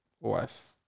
wife